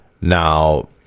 Now